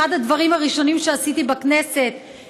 אחד הדברים הראשונים שעשיתי בכנסת,